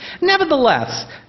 Nevertheless